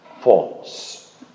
false